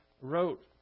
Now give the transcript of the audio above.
wrote